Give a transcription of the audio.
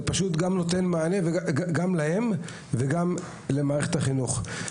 זה פשוט נותן מענה להם וגם למערכת החינוך.